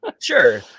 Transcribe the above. sure